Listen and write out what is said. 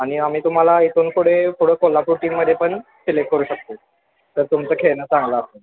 आणि आम्ही तुम्हाला इथून पुढे पुढं कोल्हापूर टीममध्ये पण सिलेक्ट करू शकतो तर तुमचं खेळणं चांगलं असेल